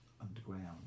underground